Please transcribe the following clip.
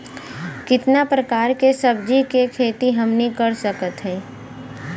कितना प्रकार के सब्जी के खेती हमनी कर सकत हई?